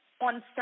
on